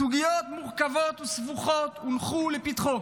סוגיות מורכבות וסבוכות הונחו לפתחו